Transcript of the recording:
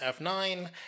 F9